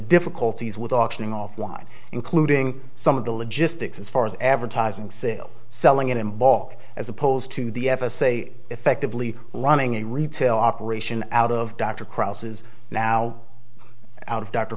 difficulties with auctioning off one including some of the logistics as far as advertising sales selling it in bog as opposed to the f s a effectively running a retail operation out of dr crosses now out of d